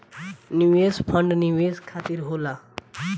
निवेश फंड निवेश खातिर होला